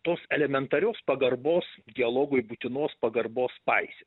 tos elementarios pagarbos dialogui būtinos pagarbos paisyt